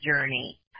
journey